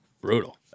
brutal